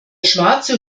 schwarze